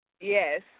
Yes